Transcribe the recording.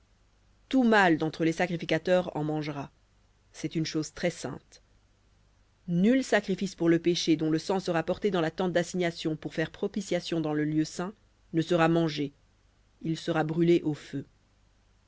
tout mâle d'entre les sacrificateurs en mangera c'est une chose très-sainte nul sacrifice pour le péché dont le sang sera porté dans la tente d'assignation pour faire propitiation dans le lieu saint ne sera mangé il sera brûlé au feu